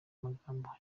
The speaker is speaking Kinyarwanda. magambo